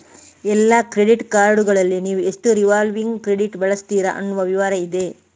ಎಲ್ಲಾ ಕ್ರೆಡಿಟ್ ಕಾರ್ಡುಗಳಲ್ಲಿ ನೀವು ಎಷ್ಟು ರಿವಾಲ್ವಿಂಗ್ ಕ್ರೆಡಿಟ್ ಬಳಸ್ತೀರಿ ಅನ್ನುವ ವಿವರ ಇದೆ